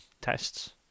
tests